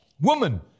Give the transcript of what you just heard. woman